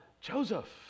joseph